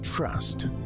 Trust